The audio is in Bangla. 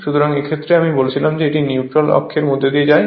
সুতরাং এক্ষেত্রে আমি বলেছিলাম এটি নিউট্রাল অক্ষের মধ্য দিয়ে যায়